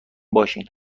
باشین